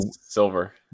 silver